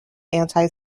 anti